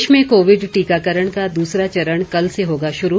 देश में कोविड टीकाकरण का दूसरा चरण कल से होगा शुरू